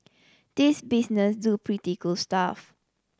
these business do pretty cool stuff